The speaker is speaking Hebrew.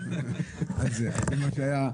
אז זה מה שהיה לגבי